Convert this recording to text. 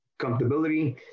Comfortability